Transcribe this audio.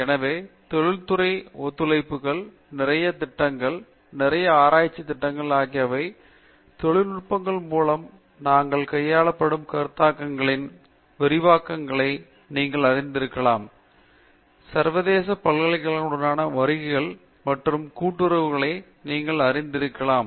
எனவே தொழில்துறை ஒத்துழைப்புக்கள் நிறைய திட்டங்கள் நிறைய ஆராய்ச்சி திட்டங்கள் ஆகியவை தொழில் நுட்பங்கள் மூலம் நாங்கள் கையாளப்படும் கருத்தாக்கங்களின் விரிவாக்கங்களை நீங்கள் அறிந்திருக்கலாம் சர்வதேச பல்கலைக்கழகங்களுடனான வருகைகள் மற்றும் கூட்டுறவுகளை நீங்கள் அறிந்திருக்கலாம்